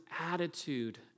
attitude